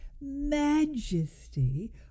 majesty